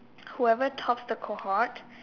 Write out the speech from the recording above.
whoever tops the cohort